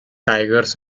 tigers